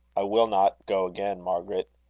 i will not go again, margaret.